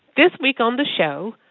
this week on the show,